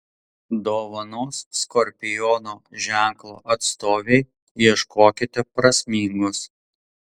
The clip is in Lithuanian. dovanos skorpiono ženklo atstovei ieškokite prasmingos